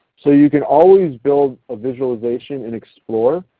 so you can always build a visualization in explorer.